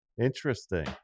Interesting